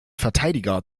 verteidiger